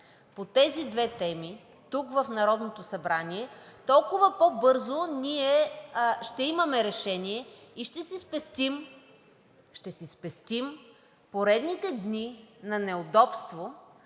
по тези две теми тук, в Народното събрание, толкова по-бързо ние ще имаме решение и ще си спестим поредните дни на неудобство